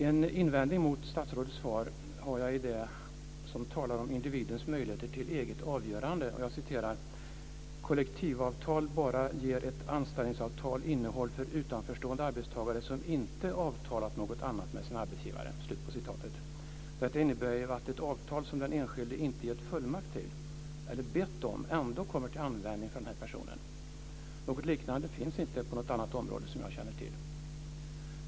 En invändning mot statsrådets svar har jag i det som talar om individens möjligheter till eget avgörande, nämligen att "kollektivavtal bara ger ett anställningsavtal innehåll för utanförstående arbetstagare som inte avtalat något annat med sin arbetsgivare". Detta innebär att ett avtal som den enskilde inte har givit fullmakt till eller bett om ändå kommer till användning för den här personen. Något liknande finns inte på något annat område som jag känner till.